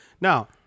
Now